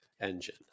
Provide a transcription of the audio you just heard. engine